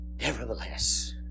nevertheless